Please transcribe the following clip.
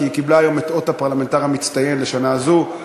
כי היא קיבלה היום את אות הפרלמנטר המצטיין לשנה זו.